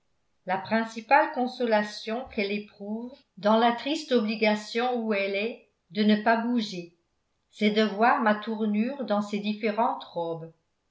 la principale consolation qu'elle éprouve dans la triste obligation où elle est de ne pas bouger c'est de voir ma tournure dans ses différentes robes